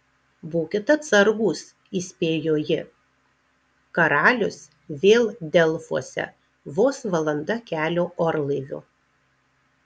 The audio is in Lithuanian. būkit atsargūs įspėjo ji karalius vėl delfuose vos valanda kelio orlaiviu